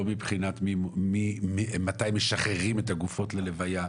לא מבחינת מתי משחררים את הגופות ללוויה.